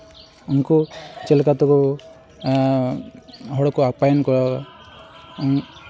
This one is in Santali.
ᱩᱱᱠᱩ ᱪᱮᱫ ᱞᱮᱠᱟ ᱛᱮᱠᱚ ᱦᱚᱲ ᱠᱚ ᱟᱯᱯᱟᱭᱚᱱ ᱠᱚᱣᱟ